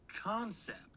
concept